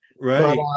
Right